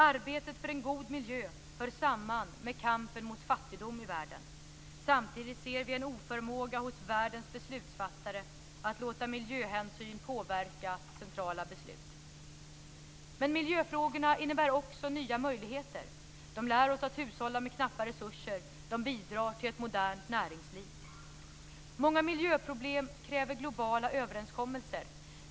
Arbetet för en god miljö hör samman med kampen mot fattigdom i världen. Samtidigt ser vi en oförmåga hos världens beslutsfattare att låta miljöhänsyn påverka centrala beslut. Men miljöfrågorna innebär också nya möjligheter. De lär oss att hushålla med knappa resurser. De bidrar till ett modernt näringsliv. Många miljöproblem kräver globala överenskommelser.